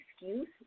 excuse